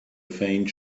faint